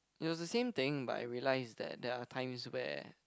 it was the same thing but I realise that there are times where